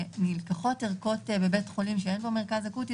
שנלקחות ערכות בבית חולים שאין בו מרכז אקוטי,